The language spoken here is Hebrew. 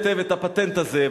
הפטנט הזה,